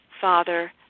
Father